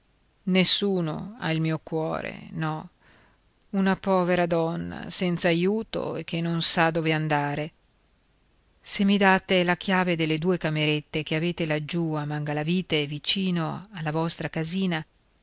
nessuno ha il mio cuore no una povera donna senza aiuto e che non sa dove andare se mi date la chiave delle due camerette che avete laggiù a mangalavite vicino alla vostra casina